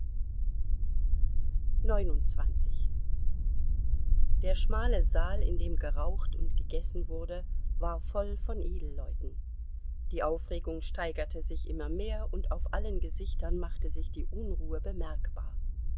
der schmale saal in dem geraucht und gegessen wurde war voll von edelleuten die aufregung steigerte sich immer mehr und auf allen gesichtern machte sich die unruhe bemerkbar